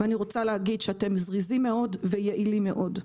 אני רוצה להגיד שאתם זריזים מאוד ויעילים מאוד.